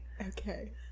okay